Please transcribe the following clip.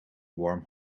warm